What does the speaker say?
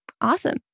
Awesome